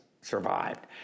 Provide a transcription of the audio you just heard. survived